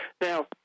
Now